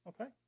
Okay